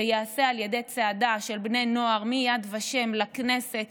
שייעשה על ידי צעדה של בני נוער מיד ושם לכנסת,